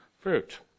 fruit